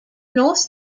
north